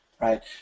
right